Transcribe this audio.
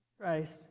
Christ